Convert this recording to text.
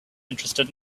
interested